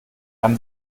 haben